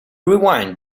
rewind